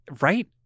Right